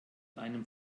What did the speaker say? einem